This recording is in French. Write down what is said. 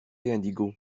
indigo